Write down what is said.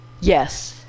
Yes